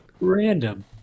Random